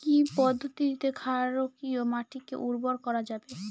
কি পদ্ধতিতে ক্ষারকীয় মাটিকে উর্বর করা যাবে?